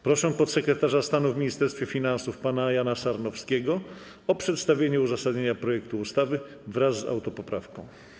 Proszę podsekretarza stanu w Ministerstwie Finansów pana Jana Sarnowskiego o przedstawienie uzasadnienia projektu ustawy wraz z autopoprawką.